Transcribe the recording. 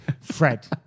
Fred